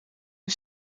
een